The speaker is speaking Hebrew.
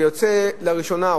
ויוצא לראשונה,